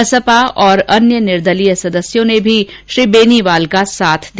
बसपा और अन्य निर्दलीय सदस्यों ने भी श्री बेनीवाल का साथ दिया